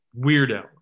weirdo